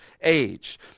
age